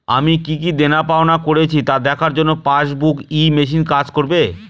আমি কি কি দেনাপাওনা করেছি তা দেখার জন্য পাসবুক ই মেশিন কাজ করবে?